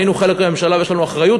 היינו חלק מהממשלה ויש לנו אחריות,